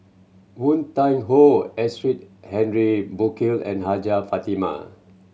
Woon Tai Ho Henry Burkill and Hajjah Fatimah